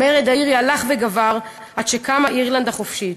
המרד האירי הלך וגבר עד שקמה אירלנד החופשית.